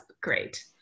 great